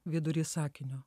vidurį sakinio